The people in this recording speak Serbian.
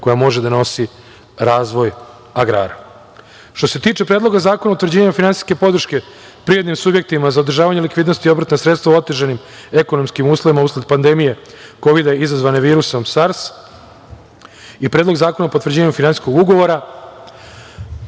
koja može da nosi razvoj agrara. Što se tiče Predloga zakona o utvrđivanju finansijske podrške privrednim subjektima za održavanje likvidnosti i obrtna sredstva u otežanim ekonomskim uslovima usled pandemije Kovida izazvane virusom Sars i Predlog zakona o potvrđivanju finansijskog ugovora,